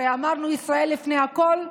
הרי אמרנו: ישראל לפני הכול,